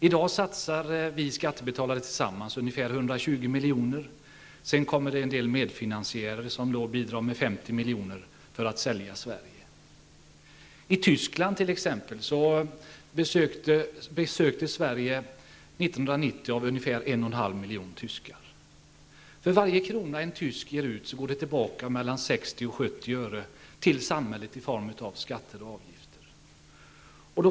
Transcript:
I dag satsar vi skattebetalare tillsammans ungefär 120 miljoner. Därtill kommer en del medfinansiärer som bidrar med 50 miljoner för att sälja Sverige. År 1990 besöktes Sverige ungefär av 1,5 miljoner tyskar. För varje krona en tysk ger ut går mellan 60--70 öre tillbaka till staten i form av skatter och avgifter.